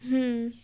হুম